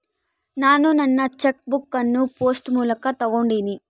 ನಾನು ನನ್ನ check book ಅನ್ನು ಪೋಸ್ಟ್ ಮೂಲಕ ತೊಗೊಂಡಿನಿ